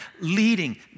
leading